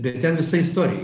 bet ten visa istorija